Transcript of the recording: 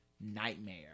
nightmare